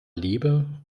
liebe